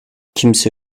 kimse